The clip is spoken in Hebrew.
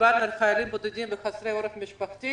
דיברנו על חיילים בודדים וחסרי עורף משפחתי.